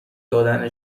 دادن